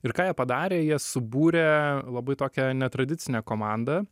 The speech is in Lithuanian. ir ką jie padarė jie subūrė labai tokią netradicinę komandą